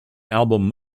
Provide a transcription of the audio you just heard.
album